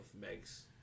Meg's